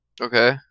Okay